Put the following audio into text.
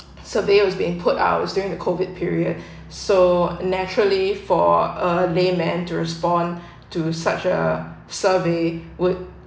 survey that's was being put out during the COVID period so naturally for a layman to respond to such a survey would